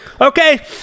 Okay